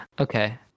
Okay